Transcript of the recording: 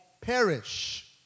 perish